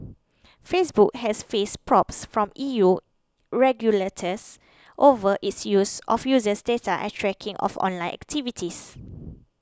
Facebook has faced probes from E U regulators over its use of users data and tracking of online activities